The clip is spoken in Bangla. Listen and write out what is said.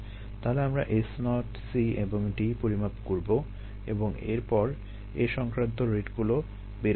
তাহলে আমরা S0 C এবং D পরিমাপ করবো এবং এরপর এ সংক্রান্ত রেটগুলো বের করবো